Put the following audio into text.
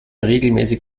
regelmäßig